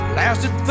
lasted